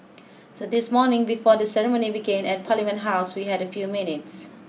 so this morning before the ceremony began at Parliament House we had a few minutes